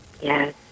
Yes